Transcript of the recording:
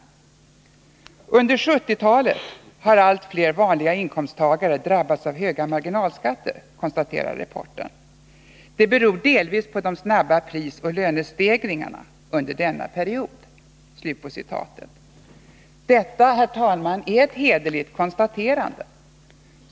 2 Under 1970-talet har allt fler vanliga inkomsttagare drabbats av höga marginalskatter, konstaterar rapporten. Det beror delvis på de snabba prisoch lönestegringarna under denna period. Detta, herr talman, är ett hederligt konstaterande.